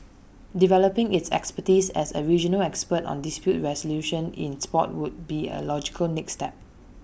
developing its expertise as A regional expert on dispute resolution in Sport would be A logical next step